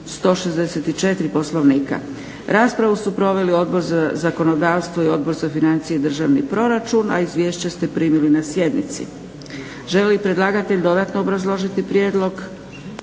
164. Poslovnika. Raspravu su proveli Odbor za zakonodavstvo, Odbor za financije i državni proračun, a izvješća ste primili na sjednici. Želi li predlagatelj dodatno obrazložiti prijedlog?